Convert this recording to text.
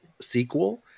sequel